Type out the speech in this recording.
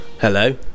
Hello